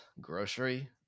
Grocery